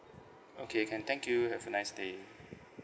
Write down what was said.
okay can thank you have a nice day